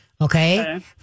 Okay